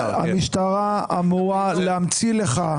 המשטרה אמורה להמציא לך,